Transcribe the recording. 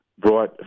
brought